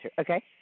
okay